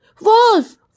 Wolf